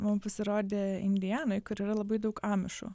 mum pasirodė indianoj kur yra labai daug amišų